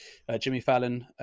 jimmy fallon,